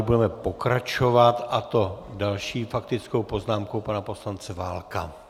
Budeme pokračovat, a to další faktickou poznámkou pana poslance Válka.